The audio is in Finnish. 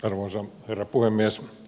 arvoisa herra puhemies